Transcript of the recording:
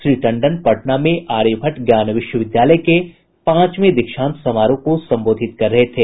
श्री टंडन पटना में आर्यभट्ट ज्ञान विश्वविद्यालय के पांचवें दीक्षांत समारोह को संबोधित कर रहे थे